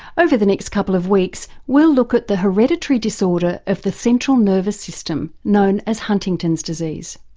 over the next couple of weeks we'll look at the hereditary disorder of the central nervous system known as huntington's disease.